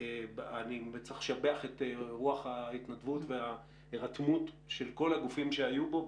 אני צריך לשבח את רוח ההתנדבות וההירתמות של כל הגופים שהיו בו.